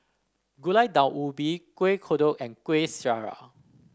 Gulai Daun Ubi Kueh Kodok and Kuih Syara